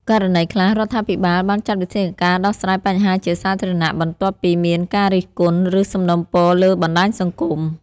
ករណីខ្លះ រដ្ឋាភិបាលបានចាត់វិធានការដោះស្រាយបញ្ហាជាសាធារណៈបន្ទាប់ពីមានការរិះគន់ ឬសំណូមពរលើបណ្តាញសង្គម។